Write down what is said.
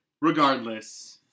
Regardless